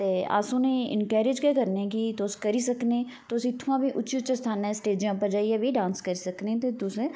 ते अस उ'नेंगी इंकरेज के करने क तुस करी सकने तुस इत्थुआं बी उच्चे उच्चे स्थाने स्टेजें उप्पर जाइयै बी डांस करी सकने ते तुसें